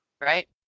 Right